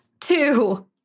Two